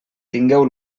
tingueu